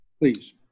Please